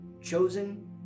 chosen